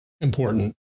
important